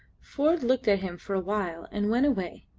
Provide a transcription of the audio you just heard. ford looked at him for awhile and went away.